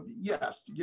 yes